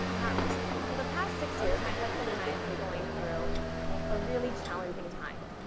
not recently, for the past six years, my husband and i have been going through a really challenging time.